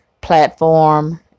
platform